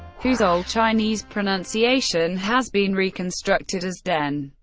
whose old chinese pronunciation has been reconstructed as deng.